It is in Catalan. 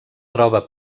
troba